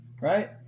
Right